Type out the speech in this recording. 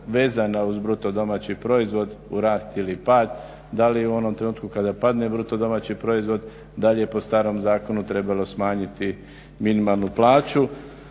uz BDP u rast ili pad da li u onom trenutku kada padne BDP da li je po starom zakonu trebalo smanjiti minimalnu plaću?